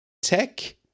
Tech